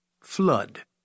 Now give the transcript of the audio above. Flood